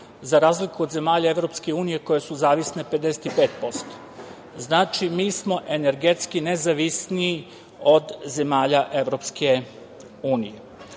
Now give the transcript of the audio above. za razliku od zemalja EU koje su zavisne 55%. Znači, mi smo energetski nezavisniji od zemalja